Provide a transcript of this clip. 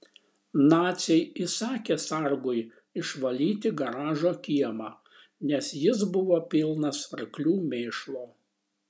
naciai įsakė sargui išvalyti garažo kiemą nes jis buvo pilnas arklių mėšlo